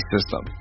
System